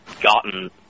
gotten